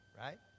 right